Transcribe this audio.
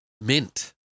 mint